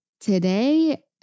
today